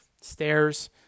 stairs